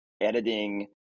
editing